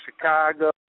Chicago